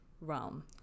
realm